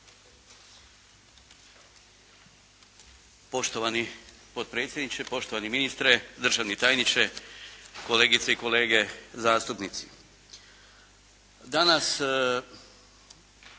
Poštovani potpredsjedniče, poštovani ministre, državni tajniče, kolegice i kolege zastupnici. Danas